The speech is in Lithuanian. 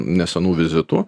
nesenų vizitų